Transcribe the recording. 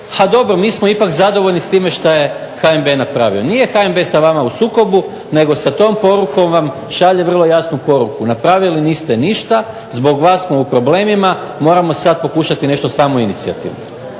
a dobro, mi smo ipak zadovoljni s time što je HNB napravio. Nije HNB sa vama u sukobu nego sa tom porukom vam šalje vrlo jasnu poruku. Napravili niste ništa, zbog vas smo u problemima, moramo sad pokušati nešto samoinicijativno.